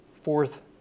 fourth